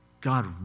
God